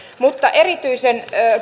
mutta erityisen